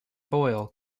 boyle